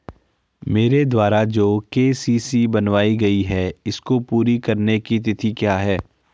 मेरे द्वारा जो के.सी.सी बनवायी गयी है इसको पूरी करने की तिथि क्या है?